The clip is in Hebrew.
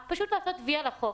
פשוט לעשות "וי" על החוק.